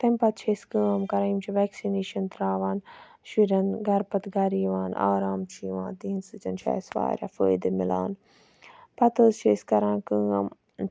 تمہِ پَتہٕ چھِ أسۍ کٲم کَران یِم چھِ ویٚکسِنیشَن تراوان شُرٮ۪ن گَرٕ پَتہٕ گَرٕ یِوان آرام چھُ یِوان تِہنٛدِ سۭتۍ چھُ اَسہِ واریاہ فٲیدٕ مِلان پَتہٕ حظ چھِ أسۍ کَران کٲم